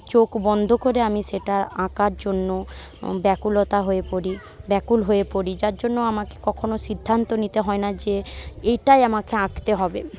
চোখ বন্ধ করে আমি সেটা আঁকার জন্য ব্যকুলতা হয়ে পড়ি ব্যাকুল হয়ে পড়ি যার জন্য আমাকে কখনও সিদ্ধান্ত নিতে হয় না যে এটাই আমাকে আঁকতে হবে